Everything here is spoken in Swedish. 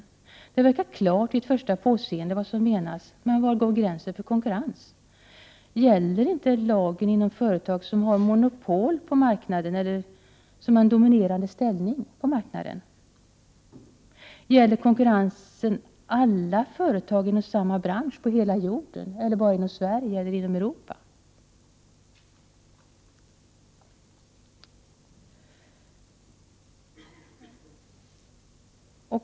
Vad som menas verkar klart vid ett första påseende, men var går gränsen för konkurrens? Gäller inte lagen inom företag som har monopol på marknaden eller som har en dominerande ställning på marknaden? Gäller konkurrensen alla företag inom samma bransch på hela jorden eller bara inom Sverige eller Europa?